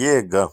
jėga